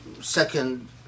second